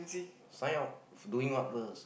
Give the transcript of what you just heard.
sign up doing what first